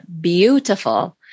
beautiful